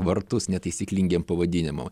vartus netaisyklingiem pavadinimam